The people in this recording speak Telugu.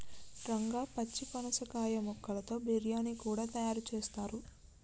రంగా పచ్చి పనసకాయ ముక్కలతో బిర్యానీ కూడా తయారు చేస్తారు